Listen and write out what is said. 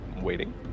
waiting